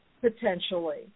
potentially